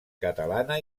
catalana